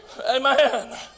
Amen